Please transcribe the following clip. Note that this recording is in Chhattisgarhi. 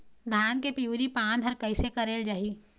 धान के पिवरी पान हर कइसे करेले जाही?